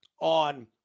on